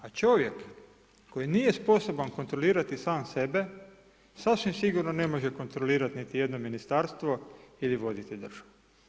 A čovjek koji nije sposoban kontrolirati sam sebe, sasvim sigurno ne može kontrolirati niti jedno Ministarstvo ili voditi državu.